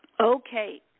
Okay